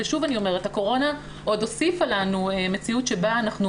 והקורונה עוד הוסיפה לנו מציאות שבה אנחנו